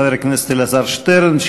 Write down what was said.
חבר הכנסת אלעזר שטרן,